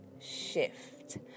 shift